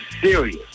serious